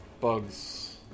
Bugs